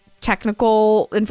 technical